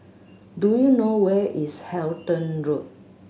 do you know where is Halton Road